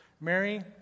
Mary